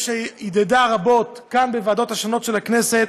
הדהדה רבות כאן, בוועדות השונות של הכנסת,